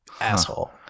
asshole